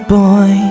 boy